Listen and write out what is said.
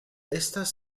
estas